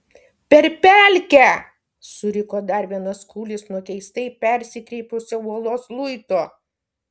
per pelkę suriko dar vienas kūlis nuo keistai persikreipusio uolos luito